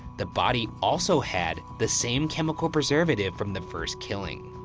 the body also had the same chemical preservative from the first killing.